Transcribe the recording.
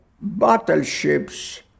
battleships